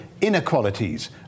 inequalities